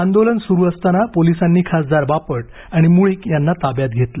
आंदोलन सुरू असताना पोलिसांनी खासदार बापट आणि मुळीक यांना ताब्यात घेतलं